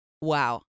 Wow